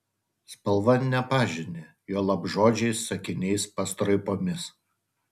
spalva nepažini juolab žodžiais sakiniais pastraipomis